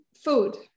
food